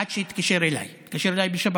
עד שהתקשר אליי, הוא התקשר אליי בשבת,